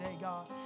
God